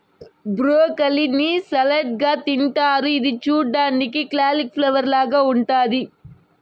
broccoli ని salad గా తింటారు ఇది చూడ్డానికి కాలిఫ్లవర్ లాగ ఉంటాది